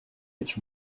its